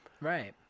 Right